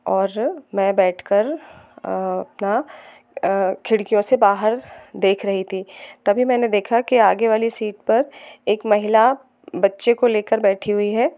और मैं बैठ कर अपना खिडकियों से बाहर देख रही थी तभी मैंने देखा कि आगे वाली सीट पर एक महिला बच्चे को लेकर बैठी हुई है